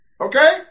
Okay